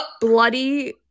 bloody